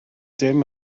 dim